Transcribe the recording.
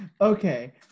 Okay